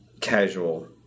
casual